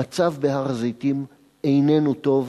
המצב בהר-הזיתים איננו טוב,